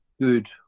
good